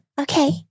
Okay